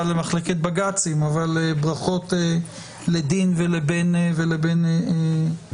למחלקת בג"צים אבל ברכות לדין ולבן זוגו.